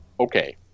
Okay